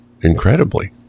incredibly